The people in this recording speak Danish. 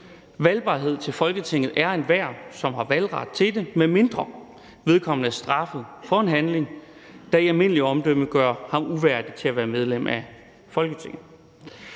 »Valgbar til Folketinget er enhver, som har valgret til dette, medmindre vedkommende er straffet for en handling, der i almindeligt omdømme gør ham uværdig til at være medlem af Folketinget.«